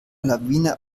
lawine